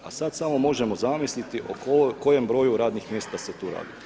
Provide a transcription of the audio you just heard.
A sada samo možemo zamisliti o kojem broju radnih mjesta se tu radi.